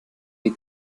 die